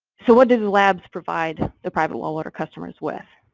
so what did the labs provide the private well water customers with?